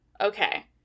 okay